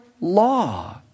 law